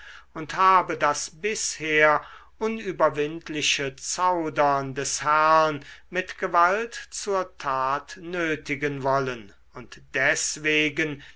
und habe das bisher unüberwindliche zaudern des herrn mit gewalt zur tat nötigen wollen und deswegen